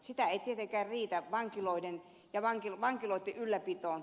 sitä ei tietenkään riitä vankiloitten ylläpitoon